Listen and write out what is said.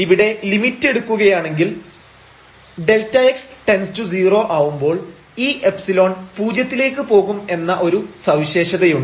ഇവിടെ ലിമിറ്റ് എടുക്കുകയാണെങ്കിൽ Δx→0 ആവുമ്പോൾ ഈ ϵ പൂജ്യത്തിലേക്ക് പോകും എന്ന ഒരു സവിശേഷതയുണ്ട്